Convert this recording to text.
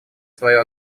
свою